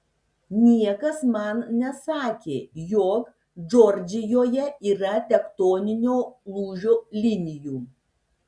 niekas man nesakė jog džordžijoje yra tektoninio lūžio linijų